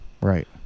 Right